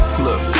Look